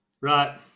Right